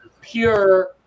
pure